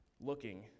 looking